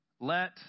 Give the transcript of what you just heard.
Let